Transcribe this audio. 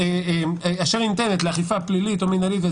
אשר ניתנת לאכיפה פלילית ומנהלית",